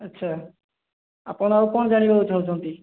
ଆଚ୍ଛା ଆପଣ ଆଉ କ'ଣ ଜାଣିବାକୁ ଚାହୁଁଛନ୍ତି